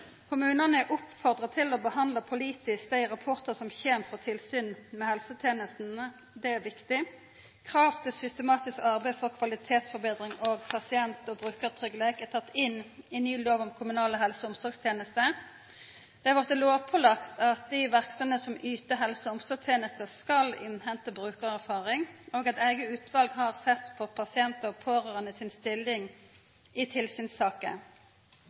Kommunane er oppfordra til å behandla politisk dei rapportane som kjem frå tilsyn med helsetenestene – det er viktig. Krav til systematisk arbeid for kvalitetsforbetring og pasient- og brukartryggleik er tekne inn i ny lov om kommunale helse- og omsorgstenester. Det er blitt lovpålagt at dei verksemdene som yter helse- og omsorgstenester, skal innhenta brukarerfaringar. Eit eige utval har sett på pasientar og pårørande si stilling i